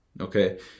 okay